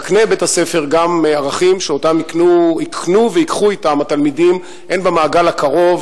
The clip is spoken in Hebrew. יקנה בית הספר גם ערכים שאותם יקנו וייקחו אתם התלמידים הן במעגל הקרוב,